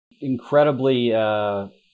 Incredibly